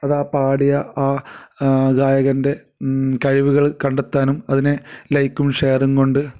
അതാ പാടിയ ആ ഗായകൻ്റെ കഴിവുകൾ കണ്ടെത്താനും അതിനെ ലൈക്കും ഷെയറും കൊണ്ട്